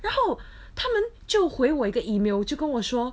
然后他们就回我一个 email 就跟我说